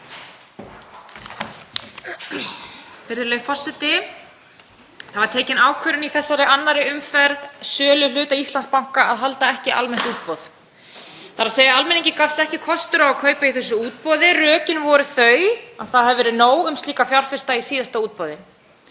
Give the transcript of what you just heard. Virðulegi forseti. Það var tekin ákvörðun í þessari annarri umferð á sölu hluta Íslandsbanka að halda ekki almennt útboð, þ.e. almenningi gafst ekki kostur á að kaupa í þessu útboði. Rökin voru þau að það hefði verið nóg um slíka fjárfesta í síðasta útboði.